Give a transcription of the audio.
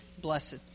blessed